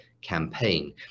campaign